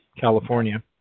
California